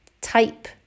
type